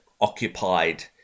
occupied